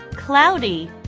cloudy